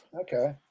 Okay